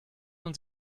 man